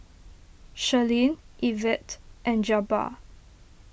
Sherlyn Ivette and Jabbar